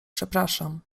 przepraszam